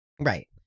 Right